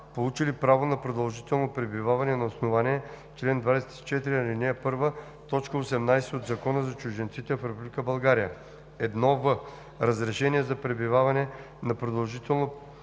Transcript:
получили право на продължително пребиваване на основание чл. 24, ал. 1, т. 18 от Закона за чужденците в Република България; 1в. разрешение за пребиваване на продължително